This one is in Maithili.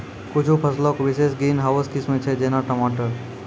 कुछु फसलो के विशेष ग्रीन हाउस किस्म छै, जेना टमाटर